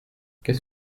qu’est